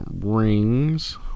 rings